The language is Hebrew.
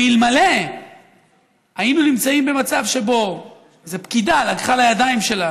ואלמלא היינו נמצאים במצב שבו איזו פקידה לקחה לידיים שלה